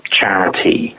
charity